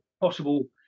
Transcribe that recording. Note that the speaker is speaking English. possible